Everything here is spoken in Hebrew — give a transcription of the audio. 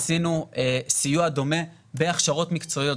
עשינו סיוע דומה בהכשרות מקצועיות.